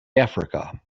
africa